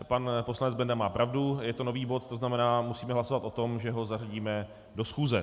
Pan poslanec Benda má pravdu, je to nový bod, to znamená, že musíme hlasovat o tom, že ho zařadíme do schůze.